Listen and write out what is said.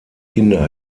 kinder